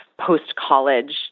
post-college